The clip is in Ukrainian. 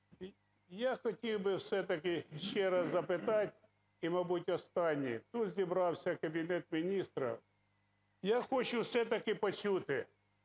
Я хотів би все-таки ще раз запитати і, мабуть, востаннє. Тут зібрався Кабінет Міністрів, я хочу все-таки почути,